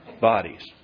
bodies